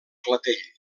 clatell